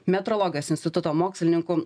metrologijos instituto mokslininku